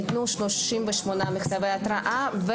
ניתנו 38 מכתבי התראה.